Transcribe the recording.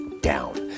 down